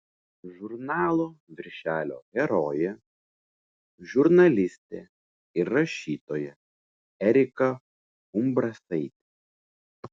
žurnalo viršelio herojė žurnalistė ir rašytoja erika umbrasaitė